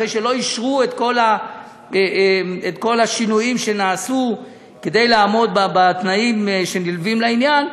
אחרי שלא אישרו את כל השינויים שנעשו כדי לעמוד בתנאים שנלווים לעניין,